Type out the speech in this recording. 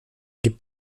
gibt